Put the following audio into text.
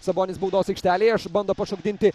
sabonis baudos aikštelėje iš bando pašokdinti